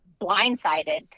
blindsided